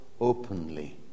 openly